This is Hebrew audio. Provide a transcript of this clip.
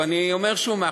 אני אומר שוב,